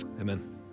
amen